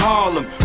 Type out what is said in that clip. Harlem